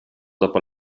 dopo